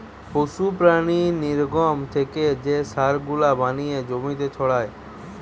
পশু প্রাণীর নির্গমন থেকে যে সার গুলা বানিয়ে জমিতে ছড়ায়